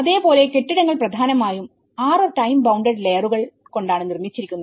അതേപോലെ കെട്ടിടങ്ങൾ പ്രധാനമായും 6 ടൈം ബൌണ്ടഡ് ലെയറുകൾ കൊണ്ടാണ് നിർമ്മിച്ചിരിക്കുന്നത്